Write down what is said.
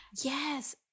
Yes